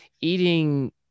eating